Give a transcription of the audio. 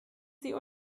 sie